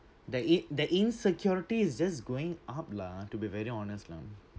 the in~ the insecurity is just going up lah to be very honest lah